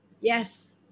Yes